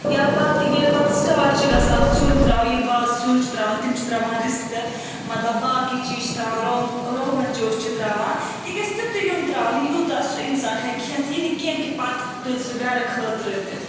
یا پَتہٕ ییٚلہِ پَتہٕ سٹاٹ چھِ گَژھان سِیوٛن تراوُن ییٚلہِ وازٕ سیُن چھُ تراوان تِم چھِ تراوان رِستہٕ مطلب باقی چیز چھِ تراوان رونگ روگَن جوش چھِ تراون یہِ گَژھہِ تیُتے یُن تراونہٕ یوتاہ سُہ اِنسان ہیکہِ کھٮ۪تھ یہِ نہٕ کیٚنٛہہ کہِ پَتہٕ تُلہِ سُہ گَرٕ خٲطرٕ تہِ